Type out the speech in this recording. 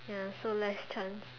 ya so less chance